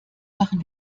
machen